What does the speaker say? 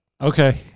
Okay